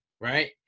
right